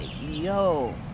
yo